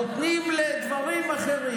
נותנים לדברים אחרים,